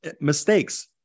mistakes